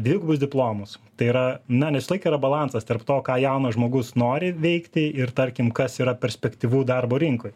dvigubus diplomus tai yra na nes visą laiką yra balansas tarp to ką jaunas žmogus nori veikti ir tarkim kas yra perspektyvu darbo rinkoj